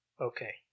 Okay